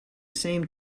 same